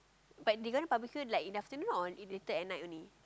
but they gonna publish it in the afternoon or later at night only